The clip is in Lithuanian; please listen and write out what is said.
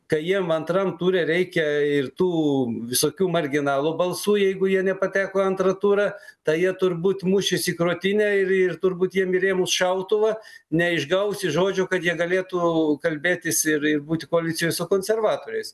kai jiem antram ture reikia ir tų visokių marginalų balsų jeigu jie nepateko į antrą turą tai jie turbūt mušėsi į krūtinę ir ir turbūt jiem įrėmus šautuvą neišgausi žodžio kad jie galėtų kalbėtis ir ir būti koalicijoj su konservatoriais